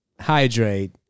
hydrate